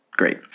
Great